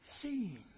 Seen